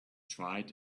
tried